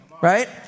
right